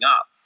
up